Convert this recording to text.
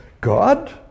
God